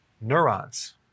neurons